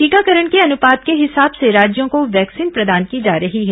टीकाकरण के अनुपात के हिसाब से राज्यों को वैक्सीन प्रदान की जा रही है